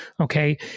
Okay